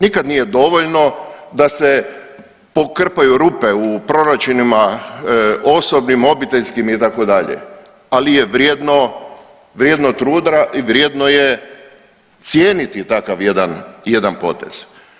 Nikad nije dovoljno da se pokrpaju rupe u proračunima, osobnim, obiteljskim, itd., ali je vrijedno truda i vrijedno je cijeniti takav jedan potez.